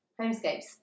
homescapes